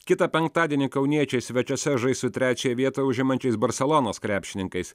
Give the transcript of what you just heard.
kitą penktadienį kauniečiai svečiuose žais su trečiąją vietą užimančiais barselonos krepšininkais